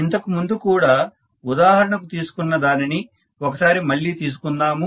ఇంతకు ముందు కూడా ఉదాహరణకు తీసుకున్న దానిని ఒకసారి మళ్ళీ తీసుకుందాము